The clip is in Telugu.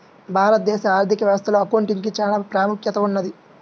భారతదేశ ఆర్ధిక వ్యవస్థలో అకౌంటింగ్ కి చానా ప్రాముఖ్యత ఉన్నది